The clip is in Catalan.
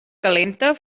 calenta